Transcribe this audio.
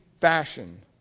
fashion